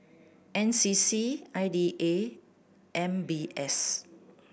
N C C I D A M B S